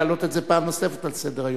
להעלות את זה פעם נוספת על סדר-היום.